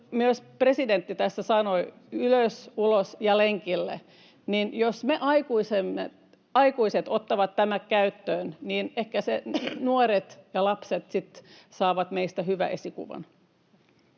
myös presidentti sanoi, ”ylös, ulos ja lenkille”, niin jos me aikuiset otamme tämän käyttöön, niin ehkä nuoret ja lapset saavat meistä hyvä esikuvan.